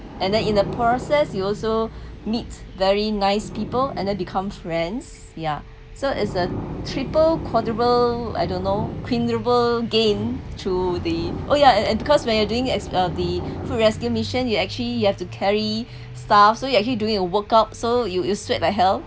and then in the process you also meet very nice people and then becomes friends ya so is a triple quadruple I don't know quintuple gain to the oh yeah and and because when you're doing as uh the rescue mission you actually you have to carry stuff so you actually during a workout so you you sweat like hell